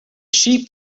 sheep